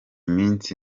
minsi